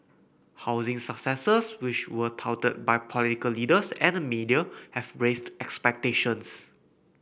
housing successes which were touted by political leaders and the media have raised expectations